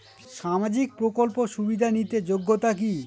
সামাজিক প্রকল্প সুবিধা নিতে যোগ্যতা কি?